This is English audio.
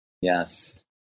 Yes